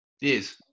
Yes